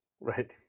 Right